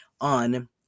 on